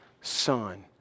Son